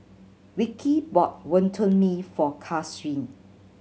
Vicki bought Wonton Mee for Karsyn